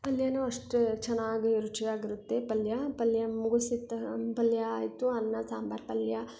ಪಲ್ಯವೂ ಅಷ್ಟೇ ಚೆನ್ನಾಗಿ ರುಚಿಯಾಗಿರುತ್ತೆ ಪಲ್ಯ ಪಲ್ಯ ಮುಗುಸಿತ ಪಲ್ಯ ಆಯಿತು ಅನ್ನ ಸಾಂಬಾರು ಪಲ್ಯ